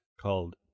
called